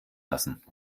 lassen